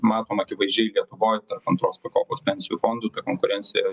matom akivaizdžiai lietuvoj tarp antros pakopos pensijų fondų konkurencija